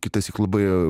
kitąsyk labai